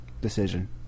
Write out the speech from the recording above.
decision